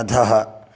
अधः